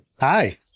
Hi